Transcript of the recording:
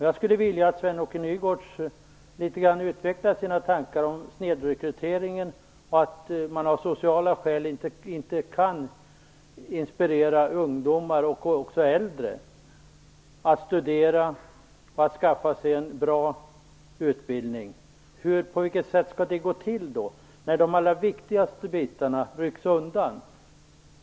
Jag skulle vilja att Sven-Åke Nygårds litet grand utvecklar sina tankar om snedrekryteringen och att man av sociala skäl inte kan inspirera ungdomar och inte heller äldre att studera och skaffa sig en bra utbildning. På vilket sätt skall det gå till, när de allra viktigaste bitarna rycks undan?